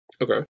Okay